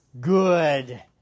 good